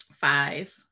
Five